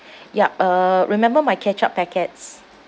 yup uh remember my ketchup packets